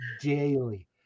daily